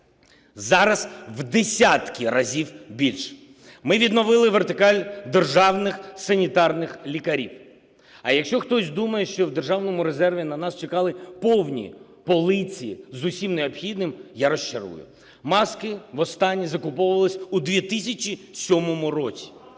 Зараз в десятки разів більше. Ми відновили вертикаль державних санітарних лікарів. А якщо хтось думає, що в державному резерві на нас чекали повні полиці з усім необхідним, я розчарую: маски востаннє закуповувались у 2007 році